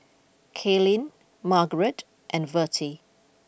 Kaylyn Margarete and Vertie